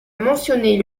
mentionner